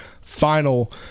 final